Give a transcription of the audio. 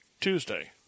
Tuesday